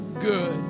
good